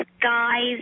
guys